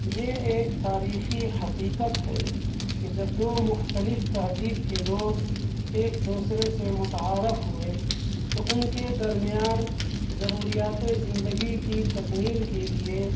یہ ایک تاریخی حقیقت ہے کہ جب دو مختلف تہذیب کے لوگ ایک دوسرے سے متعارف ہوئے تو ان کے درمیان ضروریاتِ زندگی کی تکمیل کے لیے